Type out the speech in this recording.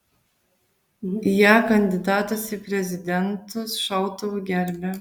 ją kandidatas į prezidentus šautuvu gerbia